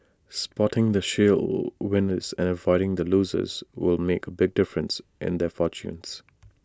spotting the shale winners and avoiding the losers will make A big difference and their fortunes